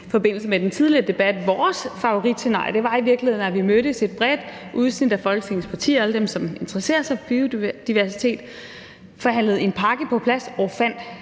i forbindelse med den tidligere debat, var det jo i virkeligheden vores favoritscenarie: at vi, et bredt udsnit af Folketingets partier – alle dem, som interesserer sig for biodiversitet – mødtes, forhandlede en pakke på plads og fandt